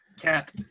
Cat